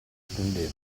attendeva